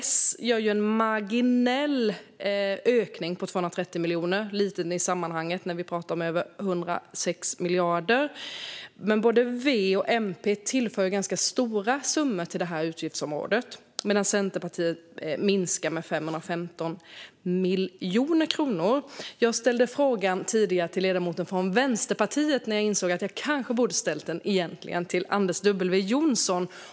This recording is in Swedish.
Socialdemokraterna gör en marginell ökning på 230 miljoner kronor. Den är liten i sammanhanget när vi pratar om över 106 miljarder kronor. Men både Vänsterpartiet och Miljöpartiet tillför ganska stora summor till detta utgiftsområde, medan Centerpartiet minskar det med 515 miljoner kronor. Jag ställde tidigare en fråga till ledamoten från Vänsterpartiet när jag insåg att jag kanske egentligen borde ha ställt den till Anders W Jonsson.